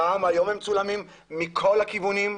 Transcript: גם היום הם מצולמים מכל הכיוונים.